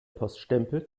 poststempel